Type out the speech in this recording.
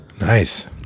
Nice